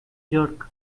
jerk